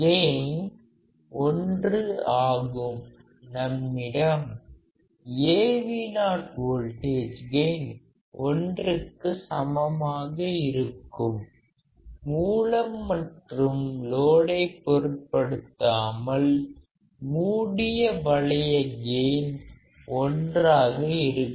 gain ஒன்று ஆகும் நம்மிடம் Avo வோல்டேஜ் கெயின் 1 க்கு சமமாக இருக்கும் மூலம் மற்றும் லோடை பொருட்படுத்தாமல் மூடிய வளைய கெயின் 1 ஆக இருக்கும்